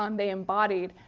um they embodied.